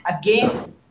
again